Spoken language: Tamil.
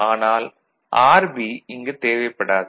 ஆனால் RB இங்கு தேவைப்படாது